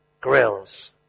Grills